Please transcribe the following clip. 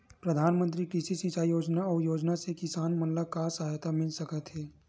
प्रधान मंतरी कृषि सिंचाई योजना अउ योजना से किसान मन ला का सहायता मिलत हे?